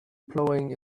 plowing